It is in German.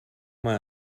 mal